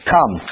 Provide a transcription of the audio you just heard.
Come